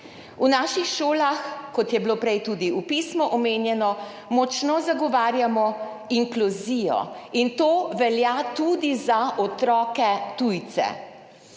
V naših šolah, kot je bilo prej tudi v pismu omenjeno, močno zagovarjamo inkluzijo, in to velja tudi za otroke tujce.